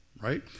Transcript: right